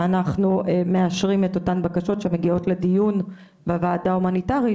אנחנו מאשרים את אותן בקשות שמגיעות לדיון בוועדה ההומניטרית,